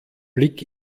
blick